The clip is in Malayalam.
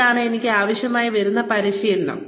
ഇതാണ് എനിക്ക് ആവശ്യമായി വരുന്ന പരിശീലനം